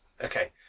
Okay